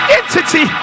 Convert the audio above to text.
entity